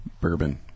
Bourbon